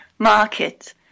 market